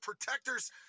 protectors